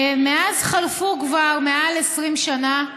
מאז חלפו כבר מעל 20 שנה,